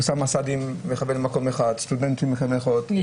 אוסאמה סעדי מכוון למקום אחד סטודנטים -- ישיבות.